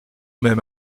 même